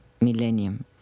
millennium